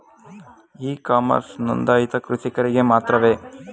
E commerce ನೊಂದಾಯಿತ ಕೃಷಿಕರಿಗೆ ಮಾತ್ರವೇ?